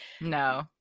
No